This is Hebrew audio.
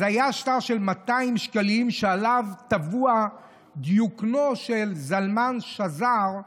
היה שטר של 200 שקלים שעליו טבוע דיוקנו של זלמן שזר,